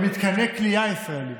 במתקני כליאה ישראליים.